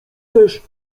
też